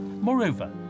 Moreover